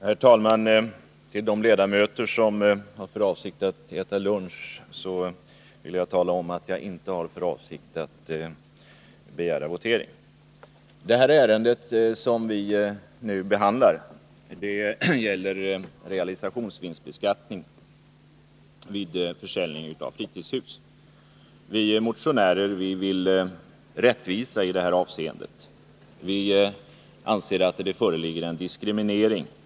Herr talman! För de ledamöter som har för avsikt att äta lunch nu, kan jag tala om att jag inte kommer att begära votering. Det ärende som vi nu behandlar gäller realisationsvinstbeskattning vid försäljning av fritidshus. Vi motionärer vill uppnå rättvisa i det avseendet. Enligt vår mening är de regler som i dag gäller diskriminerande.